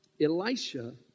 Elisha